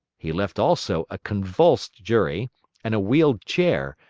he left also a convulsed jury and a wheeled chair,